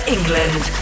England